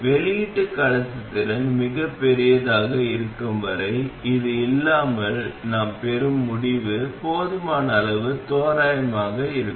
வெளியீட்டு கடத்துத்திறன் மிகப் பெரியதாக இருக்கும் வரை அது இல்லாமல் நாம் பெறும் முடிவு போதுமான அளவு தோராயமாக இருக்கும்